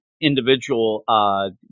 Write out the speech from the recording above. individual